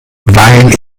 weil